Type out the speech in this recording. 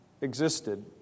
existed